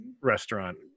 restaurant